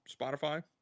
Spotify